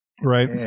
right